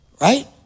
right